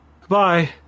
goodbye